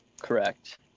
Correct